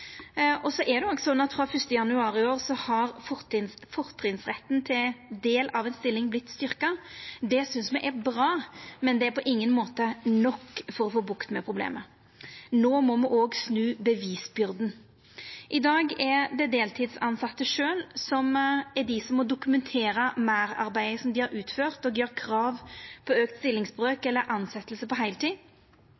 er òg slik at frå 1. januar i år har fortrinnsretten til ein del av ei stilling vorte styrkt. Det synest me er bra, men det er på ingen måte nok for å få bukt med problemet. No må me òg snu bevisbyrda. I dag er det dei deltidstilsette sjølve som må dokumentera meirarbeidet dei har utført, og gjera krav på auka stillingsbrøk